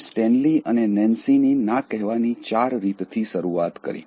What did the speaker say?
આપણે સ્ટેનલી અને નેન્સીની ના કહેવાની ચાર રીતથી શરૂઆત કરી